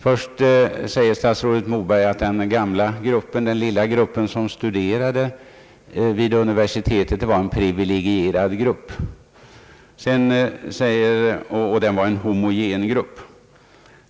Först säger statsrådet Moberg att den lilia grupp som studerade vid våra universitet var en privilegierad grupp och en homogen grupp.